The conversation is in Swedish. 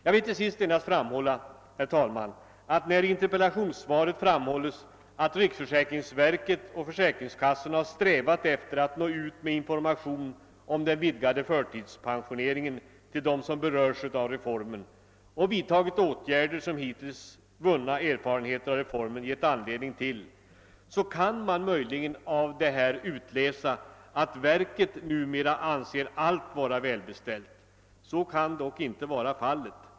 Jag vill till sist, herr talman, säga att när det i interpellationssvaret framhålles att riksförsäkringsverket och försäkringskassorna har strävat efter att nå ut med information om den vidgade förtidspensioneringen till dem som berörs av reformen och vidtagit åtgärder som hittills vunna erfarenheter av reformen gett anledning till, så kan man möjligen av detta utläsa att verket numera anser allt vara välbeställt. Så kan dock inte vara fallet.